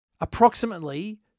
Approximately